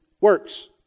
works